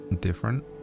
different